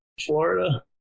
Florida